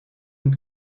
and